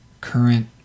current